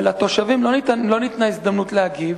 ולתושבים לא ניתנה הזדמנות להגיב.